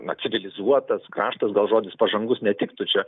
na civilizuotas kraštas gal žodis pažangus netiktų čia